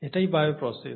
এটাই বায়োপ্রসেস